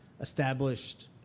established